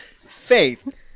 Faith